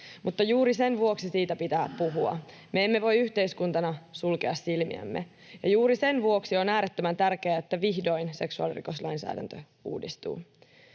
mutta juuri sen vuoksi niistä pitää puhua. Me emme voi yhteiskuntana sulkea silmiämme, ja juuri sen vuoksi on äärettömän tärkeää, että vihdoin seksuaalirikoslainsäädäntö uudistuu.